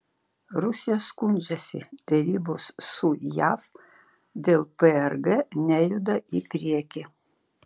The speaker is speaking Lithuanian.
rusija skundžiasi derybos su jav dėl prg nejuda į priekį